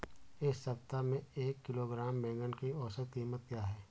इस सप्ताह में एक किलोग्राम बैंगन की औसत क़ीमत क्या है?